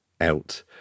out